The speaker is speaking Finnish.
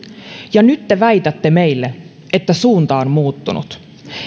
ja nyt väitätte meille että suunta on muuttunut